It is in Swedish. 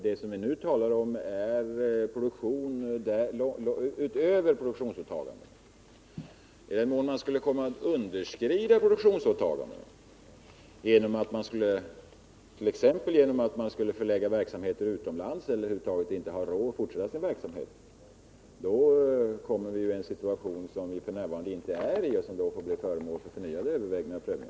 Det som vi nu talar om är produktion utöver detta åtagande. I den mån man skulle komma att underskrida produktionsåtagandet, t.ex. genom att förlägga verksamheter utomlands eller genom att man över huvud taget inte har råd att fortsätta sin verksamhet, då uppstår en situation som f. n. inte råder men som då skulle få bli föremål för förnyade överväganden och ny prövning.